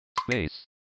Space